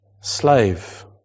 Slave